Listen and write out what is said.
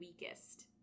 weakest